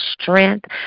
strength